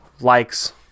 likes